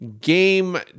Game